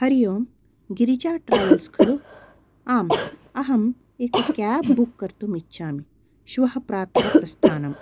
Hari Om Girija travels खलु आम् अहम् एकं केब् बुक् कर्तुमिच्छामि श्वः प्रातः प्रस्थानम्